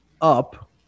up